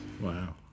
wow